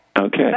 Okay